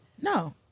no